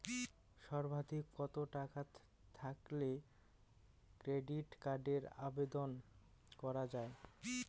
সর্বাধিক কত টাকা থাকলে ক্রেডিট কার্ডের আবেদন করা য়ায়?